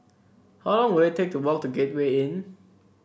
how long will it take to walk to Gateway Inn